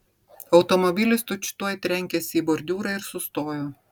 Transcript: automobilis tučtuoj trenkėsi į bordiūrą ir sustojo